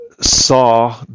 saw